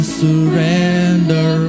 surrender